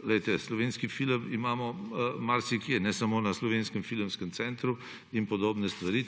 filma. Slovenski film imamo marsikje, ne samo na Slovenskem filmskem centru in podobne stvari.